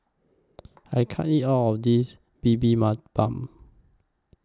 I can't eat All of This Bibimbap